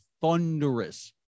thunderous